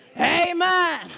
Amen